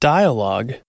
Dialogue